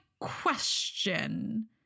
question